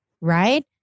right